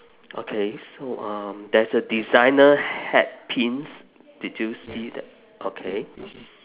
okay so um there's a designer hatpins did you see that okay